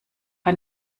ein